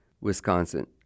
Wisconsin